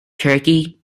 turkey